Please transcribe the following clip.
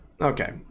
Okay